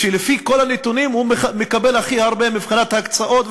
שלפי כל הנתונים הוא מקבל הכי הרבה מבחינת הקצאות,